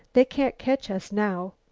they can't catch us now.